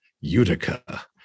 Utica